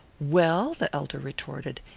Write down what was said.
well, the elder retorted,